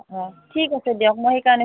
অঁ ঠিক আছে দিয়ক মই সেইকাৰণে